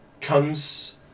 comes